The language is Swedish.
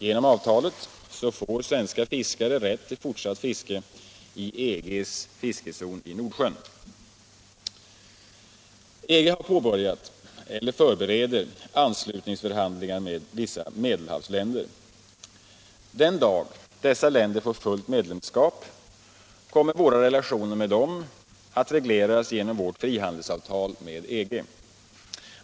Genom avtalet får svenska fiskare rätt till fortsatt fiske i EG:s fiskezon i Nordsjön. EG har påbörjat eller förbereder anslutningsförhandlingar med vissa Medelhavsländer. Den dag dessa länder får fullt medlemskap kommer våra relationer med dem att regleras genom vårt frihandelsavtal med EG.